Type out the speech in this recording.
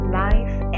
life